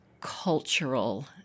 cultural